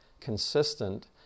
consistent